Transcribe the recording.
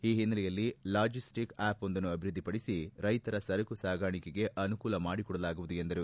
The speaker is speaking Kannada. ಈ ಹಿನ್ನೆಲೆಯಲ್ಲಿ ಲಾಜಿಸ್ಟಿಕ್ ಆಪ್ ಒಂದನ್ನು ಅಭಿವೃದ್ಧಿಪಡಿಸಿ ರೈತರ ಸರಕು ಸಾಗಾಣಿಕೆಗೆ ಅನುಕೂಲ ಮಾಡಿಕೊಡಲಾಗುವುದು ಎಂದರು